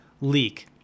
leak